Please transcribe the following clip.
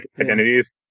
identities